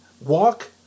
Walk